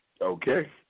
Okay